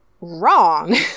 wrong